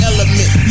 Element